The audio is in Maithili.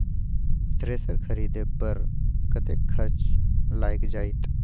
थ्रेसर खरीदे पर कतेक खर्च लाईग जाईत?